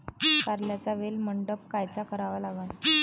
कारल्याचा वेल मंडप कायचा करावा लागन?